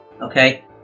okay